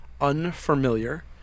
unfamiliar